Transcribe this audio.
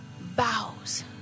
bows